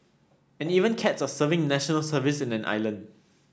and even cats are serving National Service in an island